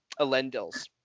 Elendils